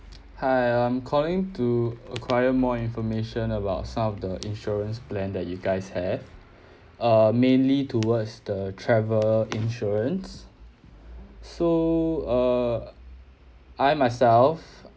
hi I'm calling to acquire more information about some of the insurance plan that you guys have uh mainly towards the travel insurance so err I myself